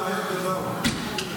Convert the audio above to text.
מאריות גברו,